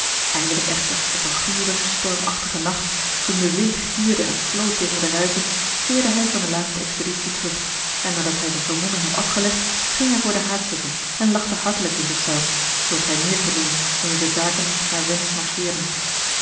eindelijk echter op een guren stormachtigen nacht toen de wind gierde en floot tegen de ruiten keerde hij van de laatste expeditie terug en nadat hij zijn vermomming had afgelegd ging hij voor den haard zitten en lachte hartelijk in zich zelf zooals hij meer kon doen wanneer de zaken naar wensch marcheerden